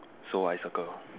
so I circle